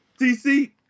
TC